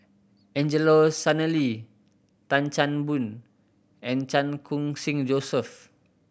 Angelo Sanelli Tan Chan Boon and Chan Khun Sing Joseph